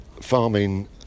farming